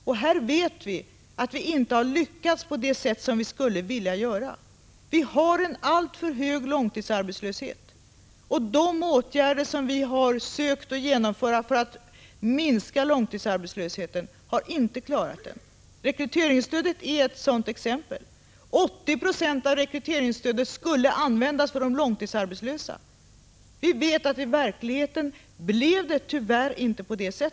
På den punkten vet vi att vi inte har lyckats på det sätt som vi skulle vilja. Vi har en alltför hög långtidsarbetslöshet, och de åtgärder som vi har genomfört för att söka minska långtidsarbetslösheten har inte klarat den. Rekryteringsstödet är ett sådant exempel. 80 96 av rekryteringsstödet skulle användas för de långtidsarbetslösa, men vi vet att det i verkligheten tyvärr inte blev så.